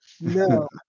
no